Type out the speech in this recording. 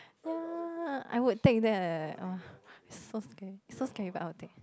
ya I would take that eh !woah! so scary so scary but I will take